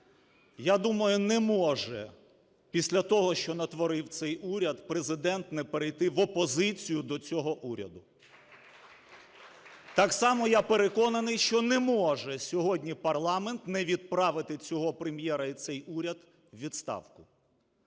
Я думаю, що не може після того, що натворив цей уряд, Президент не перейти в опозицію до цього уряду. Так само я переконаний, що не може сьогодні парламент не відправити цього Прем'єра і цей уряд у відставку.